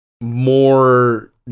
More